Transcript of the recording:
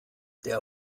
der